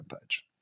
page